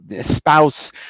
spouse